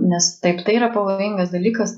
nes taip tai yra pavojingas dalykas